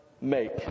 make